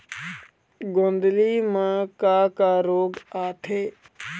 गोंदली म का का रोग आथे?